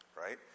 right